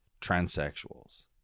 transsexuals